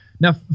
now